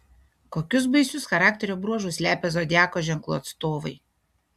kokius baisius charakterio bruožus slepia zodiako ženklų atstovai